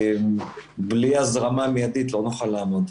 בלי הזרמה מיידית, לא נוכל לעמוד.